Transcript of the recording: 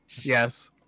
Yes